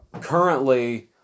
currently